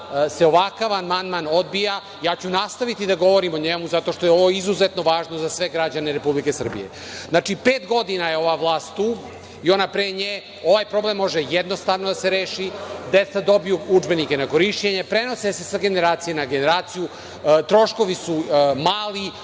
se ovakav amandman odbija. Nastaviću da govorim o njemu zato što je ovo izuzetno važno za sve građane Republike Srbije. Znači, pet godina je ova vlast tu i ona pre nje, ovaj problem može jednostavno da se reši, deca dobiju udžbenike za korišćenje, prenose se sa generacije na generaciju. Troškovi su mali,